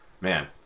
man